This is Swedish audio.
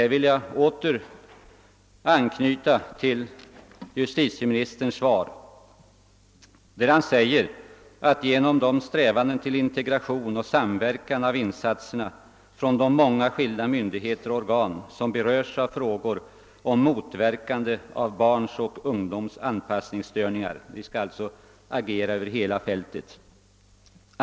Jag vill här åter anknyta till den del av justitieministerns svar, där han talar om strävandena till »integration och samverkan av insatserna från de många skilda myndigheter och organ som berörs av frågor om motverkande av barns och ungdoms anpassningsstörningar«. Härmed avses alltså att vi skall agera över hela fältet.